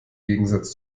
gegensatz